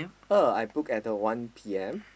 oh I book at the one P_M